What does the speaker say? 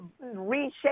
reshape